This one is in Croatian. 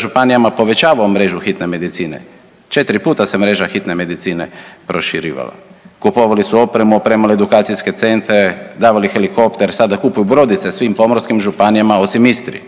županijama povećavao mrežu hitne medicine. Četiri puta se mreža hitne medicine proširivala. Kupovali su opremu, opremali edukacijske centre, davali helikopter, sada kupuju brodice svim pomorskim županijama osim Istri.